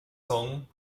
song